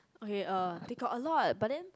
okay uh they got a lot but then